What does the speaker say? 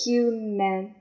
Human